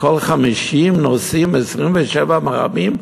מכל 50 נוסעים 27 מרמים?